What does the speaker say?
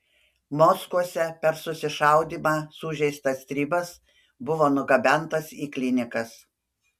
mockuose per susišaudymą sužeistas stribas buvo nugabentas į klinikas